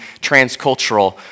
transcultural